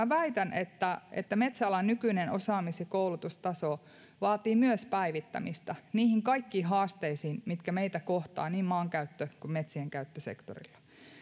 väitän että että metsäalan nykyinen osaamis ja koulutustaso vaatii myös päivittämistä niihin kaikkiin haasteisiin mitkä meitä kohtaavat niin maankäyttö kuin metsienkäyttösektorilla